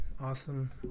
Awesome